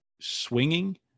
swinging